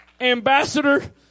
Ambassador